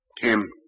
Tim